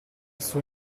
suo